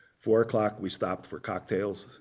four o'clock, we stopped for cocktails.